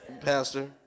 Pastor